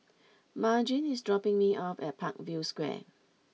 Margene is dropping me off at Parkview Square